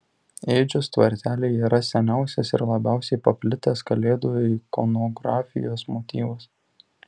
ėdžios tvartelyje yra seniausias ir labiausiai paplitęs kalėdų ikonografijos motyvas